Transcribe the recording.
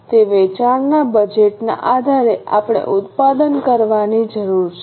તે વેચાણના બજેટના આધારે આપણે ઉત્પાદન કરવાની જરૂર છે